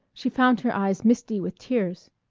she found her eyes misty with tears.